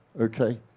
Okay